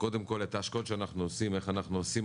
קודם כל את ההשקעות שאנחנו עושים ואיך אנחנו עושים